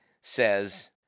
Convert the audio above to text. says